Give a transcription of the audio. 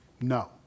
No